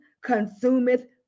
consumeth